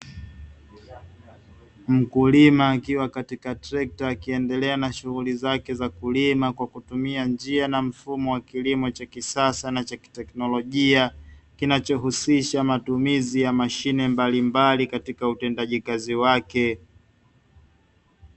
Mkulima akiwa katika trekta, akiendelea na shughuli zake za kulima kwa kutumia njia na mfumo wa kilimo cha kisasa na cha kiteknolojia, kinachohusisha matumizi ya mashine mbalimbali, katika utendaji kazi wake.